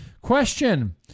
Question